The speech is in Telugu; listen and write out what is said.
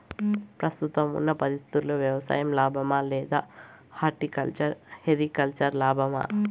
ప్రస్తుతం ఉన్న పరిస్థితుల్లో వ్యవసాయం లాభమా? లేదా హార్టికల్చర్, సెరికల్చర్ లాభమా?